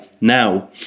now